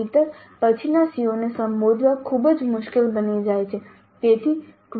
નહિંતર પછીના CO ને સંબોધવા ખૂબ જ મુશ્કેલ બની જાય છે